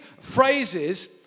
phrases